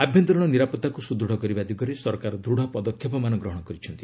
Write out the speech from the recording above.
ଆଭ୍ୟନ୍ତରୀଣ ନିରାପତ୍ତାକୁ ସୁଦୃଢ଼ କରିବା ଦିଗରେ ସରକାର ଦୃଢ଼ ପଦକ୍ଷେପମାନ ଗ୍ରହଣ କରିଛନ୍ତି